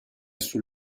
suoi